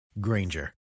Granger